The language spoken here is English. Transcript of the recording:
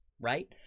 right